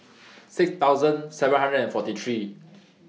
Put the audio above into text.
six thousand seven hundred and forty three